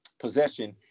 possession